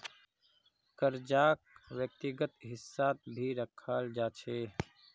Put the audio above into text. कर्जाक व्यक्तिगत हिस्सात भी रखाल जा छे